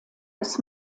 des